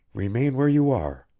remain where you are.